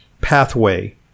pathway